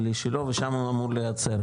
ליש שילה ושמה הוא אמור להיעצר,